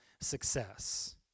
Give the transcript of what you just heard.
success